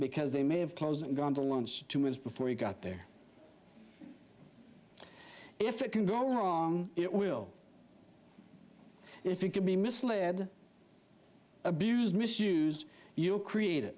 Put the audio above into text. because they may have closed and gone to launch two was before you got there if it can go wrong it will if you can be misled abused misused you'll create